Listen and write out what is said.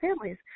families